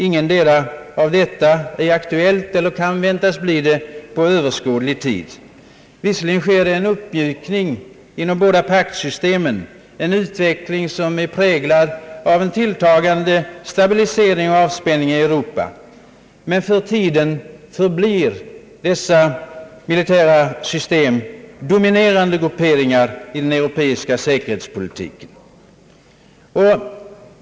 Ingenting av detta är aktuellt eller kan väntas bli det inom överskådlig tid. Visserligen sker det en uppmjukning inom de båda paktsystemen— en utveckling som är präglad av en tilltagande stabilisering och avspänning i Europa. Men för tiden förblir dessa militära system dominerande grupperingar i den europeiska säkerhetspolitiken.